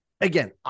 Again